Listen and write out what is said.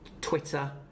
Twitter